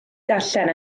darllen